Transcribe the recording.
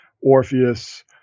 Orpheus